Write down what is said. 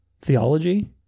theology